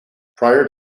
prior